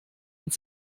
und